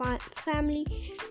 family